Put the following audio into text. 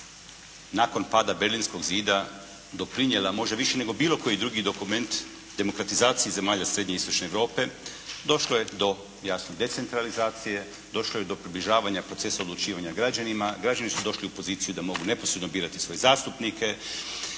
nakon pada Berlinskog zida doprinijela možda više nego bilo koji drugi dokument demokratizaciji zemalja srednje i istočne Europe, došlo je, jasno do decentralizacije, došlo je do približavanja procesa odlučivanja građanima, građani su došli u poziciju da mogu neposredno birati svoje zastupnike